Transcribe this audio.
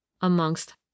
amongst